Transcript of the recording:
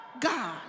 God